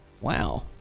Wow